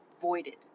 Voided